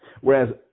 Whereas